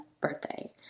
birthday